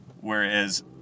Whereas